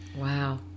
Wow